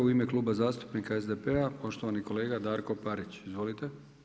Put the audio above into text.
U ime Kluba zastupnika SDP-a poštovani kolega Darko Parić, izvolite.